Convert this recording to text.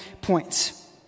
points